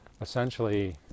essentially